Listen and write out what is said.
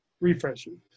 Refreshing